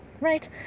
right